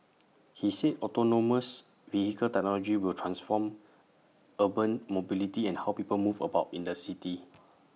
he said autonomous vehicle technology will transform urban mobility and how people move about in the city